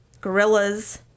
gorillas